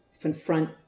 confront